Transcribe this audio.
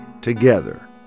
together